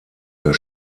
der